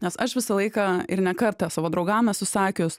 nes aš visą laiką ir ne kartą savo draugam esu sakius